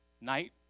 night